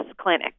clinic